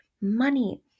money